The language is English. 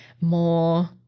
more